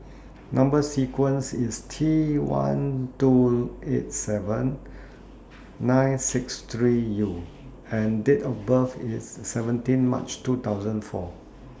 Number sequence IS T one two eight seven nine six three U and Date of birth IS seventeen March two thousand four